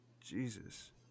Jesus